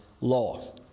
law